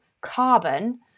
carbon